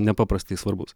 nepaprastai svarbus